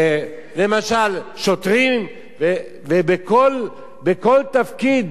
למשל שוטרים, ובכל תפקיד,